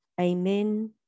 amen